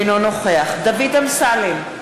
אינו נוכח דוד אמסלם,